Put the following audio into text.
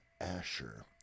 Asher